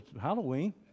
Halloween